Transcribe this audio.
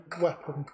weapon